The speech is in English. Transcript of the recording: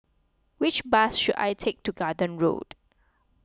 which bus should I take to Garden Road